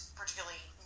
particularly